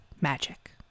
magic